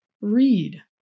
read